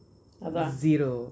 அதன்:athan zero